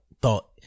thought